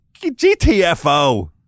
GTFO